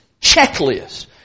checklist